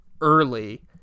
early